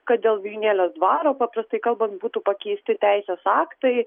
kad dėl vijūnėlės dvaro paprastai kalbant būtų pakeisti teisės aktai